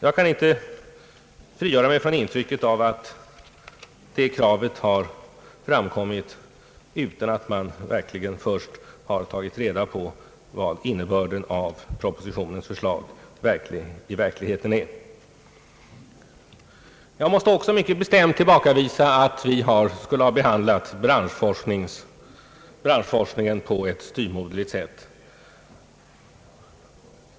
Jag kan inte frigöra mig från intrycket att det kravet har framkommit utan att man först verkligen har tagit reda på vad innebörden av propositionens förslag i realiteten är. Jag måste också mycket bestämt tillbakavisa påståendet att vi skulle ha behandlat branschforskningen på ett styvmoderligt sätt.